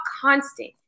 constant